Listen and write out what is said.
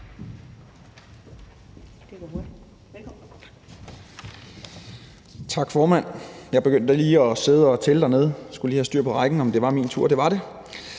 Tak, formand. Jeg begyndte lige at sidde og tælle dernede, for jeg skulle lige have styr på rækkefølgen, og om det var min tur, og det var det.